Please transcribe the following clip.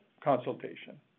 consultation